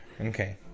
okay